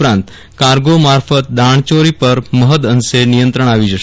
ઉપરાંત કાર્ગો મારકત દાણચોરી પર પણ મહદઅંશે નિયંત્રણ આવી જશે